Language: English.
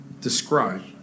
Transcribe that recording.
Describe